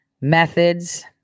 Methods